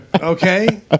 Okay